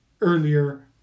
earlier